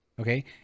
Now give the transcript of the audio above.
okay